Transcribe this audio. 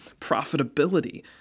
profitability